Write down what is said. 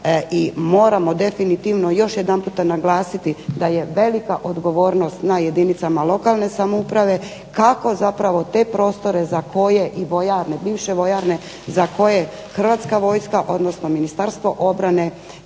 moramo definitivno još jedanputa naglasiti da je velika odgovornost na jedinica lokalne samouprave kako zapravo te prostore za koje, i vojarne, bivše vojarne, za koje Hrvatska vojska, odnosno Ministarstvo obrane